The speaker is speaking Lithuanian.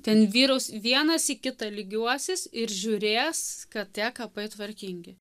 ten vyraus vienas į kitą lygiuosis ir žiūrės kad tie kapai tvarkingi